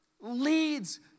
leads